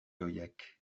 ohiak